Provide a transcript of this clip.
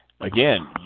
again